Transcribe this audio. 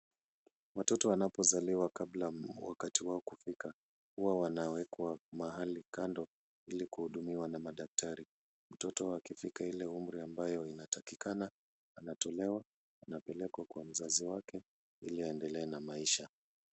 Watoto wanapozaliwa kabla ya wakati wao kufika huwa wanaekwa malikando ili kuhudumiwa na madaktari. Mtoto akifika umri ile ambayo inatakikana anatolewa anapelekwa kwa mzazi wake ili aendele na maisha.